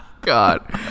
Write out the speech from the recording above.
God